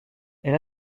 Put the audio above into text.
elle